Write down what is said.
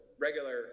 regular